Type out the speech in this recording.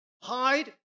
hide